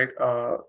right